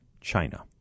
China